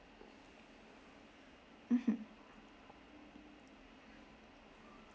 mmhmm